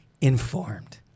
informed